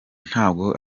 ntabwo